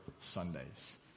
Sundays